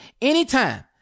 anytime